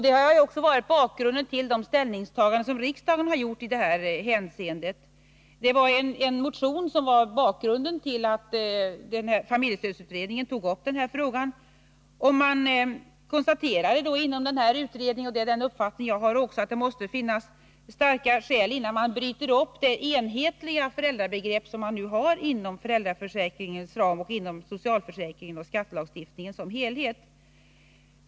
Det har också varit bakgrunden till de ställningstaganden som riksdagen har gjort i detta hänseende. Det var en motion som var anledningen till att familjestödsutredningen tog upp denna fråga. Man konstaterade då inom utredningen — det är den uppfattning jag också har— att det måste finnas starka skäl innan man bryter upp det enhetliga föräldrabegrepp som man nu har inom föräldraförsäkringens ram, inom socialförsäkringen och skattelagstiftningen som helhet.